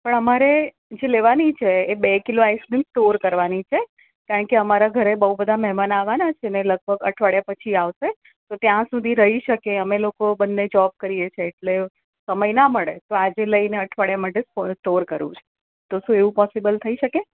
પણ અમારે જે લેવાની છે એ બે કિલો આઇસક્રીમ સ્ટોર કરવાની છે કારણકે અમારા ઘરે બહુ બધાં મહેમાન આવવાનાં છેને લગભગ અઠવાડિયા પછી આવશે તો ત્યાં સુધી રહી શકે અમે લોકો બંને જોબ કરીએ છીએ એટલે સમય ના મળે તો આજે લઈને અઠવાડિયા માટે સ્ટોર કરવું છે તો શું એવું પોસિબલ થઈ શકે